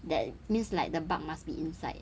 that means like the bug must be inside